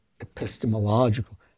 epistemological